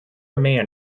man